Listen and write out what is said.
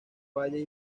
valle